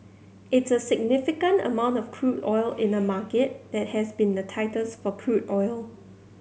it's a significant amount of crude oil in a market that has been the tightest for crude oil